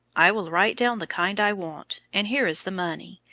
i will write down the kind i want, and here is the money.